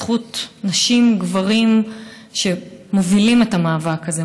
בזכות נשים וגברים שמובילים את המאבק הזה,